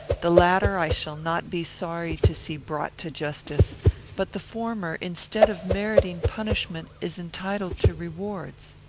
the latter i shall not be sorry to see brought to justice but the former, instead of meriting punishment, is entitled to rewards.